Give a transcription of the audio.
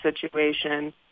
situation